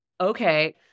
okay